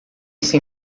sem